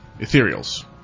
Ethereals